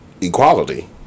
equality